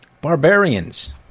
barbarians